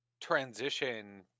transition